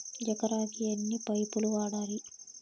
ఎకరాకి ఎన్ని పైపులు వాడాలి?